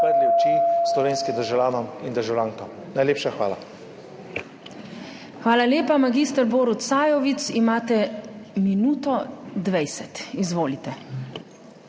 Hvala lepa. Mag. Borut Sajovic, imate minuto dvajset. Izvolite.